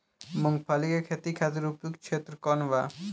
मूँगफली के खेती खातिर उपयुक्त क्षेत्र कौन वा?